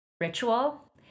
ritual